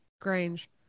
Grange